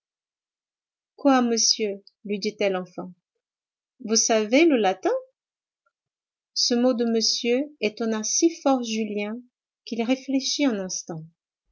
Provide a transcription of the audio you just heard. quoi monsieur lui dit-elle enfin vous savez le latin ce mot de monsieur étonna si fort julien qu'il réfléchit un instant